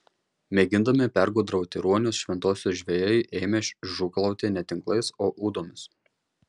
mėgindami pergudrauti ruonius šventosios žvejai ėmė žūklauti ne tinklais o ūdomis